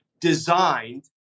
designed